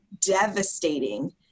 devastating